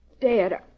Dad